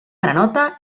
granota